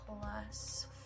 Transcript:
plus